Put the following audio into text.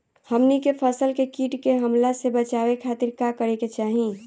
हमनी के फसल के कीट के हमला से बचावे खातिर का करे के चाहीं?